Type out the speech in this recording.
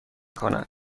کند